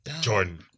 Jordan